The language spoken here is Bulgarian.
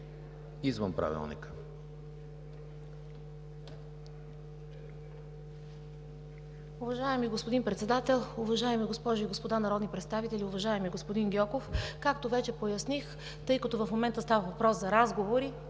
МАРИЯНА НИКОЛОВА: Уважаеми господин Председател, уважаеми госпожи и господа народни представители, уважаеми господин Гьоков! Както вече поясних, тъй като в момента става въпрос за разговори,